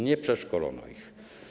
Nie przeszkolono ich.